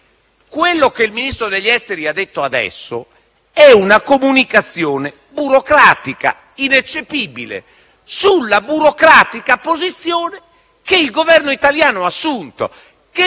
quello che il Ministro degli affari esteri ha detto adesso, che è una comunicazione burocratica ineccepibile sulla burocratica posizione che il Governo italiano ha assunto,